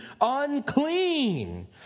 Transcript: Unclean